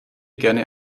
gerne